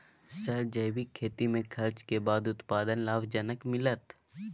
Sir जैविक खेती में खर्च के बाद उत्पादन लाभ जनक मिलत?